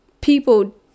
people